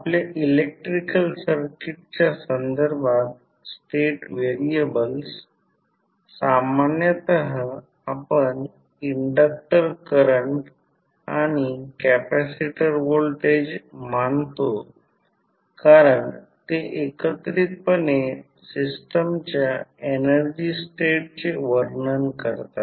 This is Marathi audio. आपल्या इलेक्ट्रिकल सर्किटच्या संदर्भात स्टेट व्हेरिएबल्स सामान्यत आपण इंडक्टर करंट आणि कॅपेसिटर व्होल्टेज मानतो कारण ते एकत्रितपणे सिस्टमच्या एनर्जी स्टेट चे वर्णन करतात